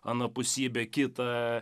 anapusybę kitą